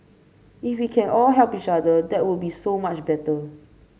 if we can all help each other that would be so much better